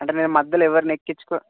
అంటే నేను మధ్యలో ఎవరినీ ఎక్కించుకోను